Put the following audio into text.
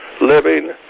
living